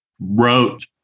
wrote